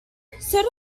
certain